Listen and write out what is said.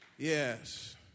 Yes